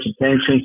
attention